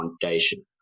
foundation